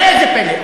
ראה זה פלא,